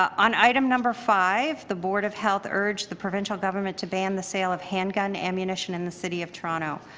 on item number five, the board of health urge the provincial government to ban the sale of handgun, ammunition in the city of toronto.